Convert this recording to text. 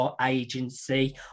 agency